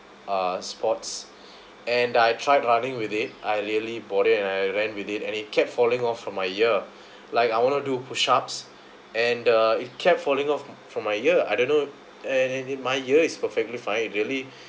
uh sports and I tried running with it I really bought it and I ran with it and it kept falling off from my ear like I want to do push ups and uh it kept falling off from my ear I don't know and and and my ear is perfectly fine really